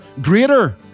greater